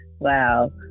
wow